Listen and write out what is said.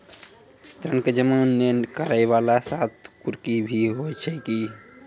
ऋण के जमा नै करैय वाला के साथ कुर्की भी होय छै कि?